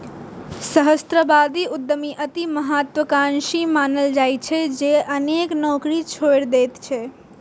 सहस्राब्दी उद्यमी अति महात्वाकांक्षी मानल जाइ छै, जे अनेक नौकरी छोड़ि दैत छै